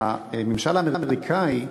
שהממשל האמריקני,